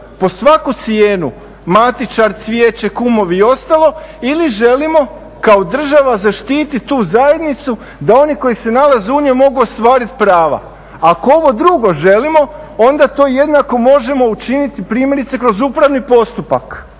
pod svaku cijenu, matičar, cvijeće, kumovi i ostalo ili želimo kao država zaštitit tu zajednicu da oni koji se nalaze u njoj mogu ostvariti prava? Ako ovo drugo želimo onda to jednako možemo učiniti primjerice kroz upravni postupak